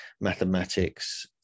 mathematics